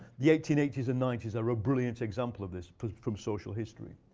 the eighteen eighty s and ninety s are a brilliant example of this from social history.